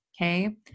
Okay